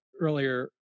earlier